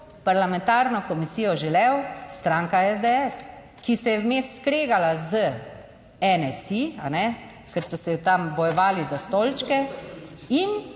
parlamentarno komisijo želel? Stranka SDS, ki se je vmes skregala z NSi, a ne, ker so se tam bojevali za stolčke in